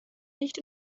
nicht